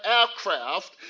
aircraft